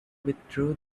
withdrew